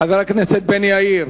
חבר הכנסת בן-יאיר.